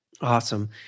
Awesome